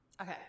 Okay